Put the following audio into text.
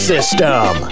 System